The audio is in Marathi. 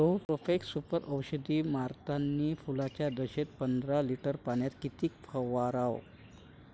प्रोफेक्ससुपर औषध मारतानी फुलाच्या दशेत पंदरा लिटर पाण्यात किती फवाराव?